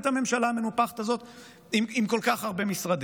את הממשלה המנופחת הזאת עם כל כך הרבה משרדים,